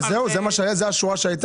זו השורה שהייתה?